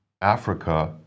africa